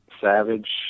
Savage